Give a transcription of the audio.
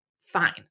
fine